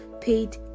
paid